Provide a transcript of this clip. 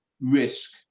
risk